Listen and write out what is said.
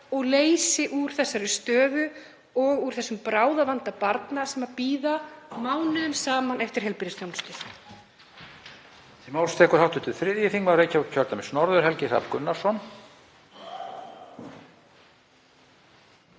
og leysi úr þessari stöðu og úr bráðavanda barna sem bíða mánuðum saman eftir heilbrigðisþjónustu.